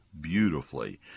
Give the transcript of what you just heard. beautifully